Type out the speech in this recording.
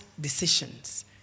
decisions